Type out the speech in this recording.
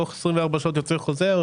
תוך 24 שעות יוצא חוזר.